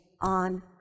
on